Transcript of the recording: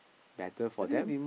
better for them